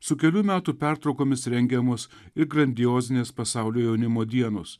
su kelių metų pertraukomis rengiamos ir grandiozinės pasaulio jaunimo dienos